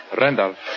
Randolph